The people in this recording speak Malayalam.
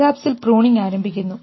സിനാപ്സിൽ പ്രൂണിങ് ആരംഭിക്കുന്നു